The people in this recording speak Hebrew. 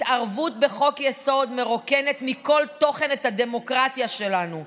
התערבות בחוק-יסוד מרוקנת מכל תוכן את הדמוקרטיה שלנו,